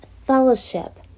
fellowship